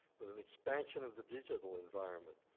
with an expansion of the digital environment,